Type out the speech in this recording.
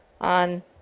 on